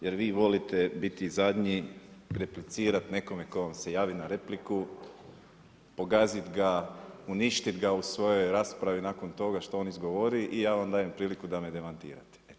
Jer vi volite biti zadnji, replicirati nekome tko vam se javi na repliku, pogaziti ga, uništiti ga u svojoj raspravi, nakon toga što on izgovori i ja vam dajem priliku da me demantirate.